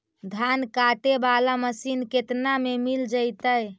धान काटे वाला मशीन केतना में मिल जैतै?